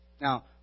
Now